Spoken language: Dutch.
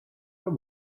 dan